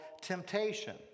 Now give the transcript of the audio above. temptation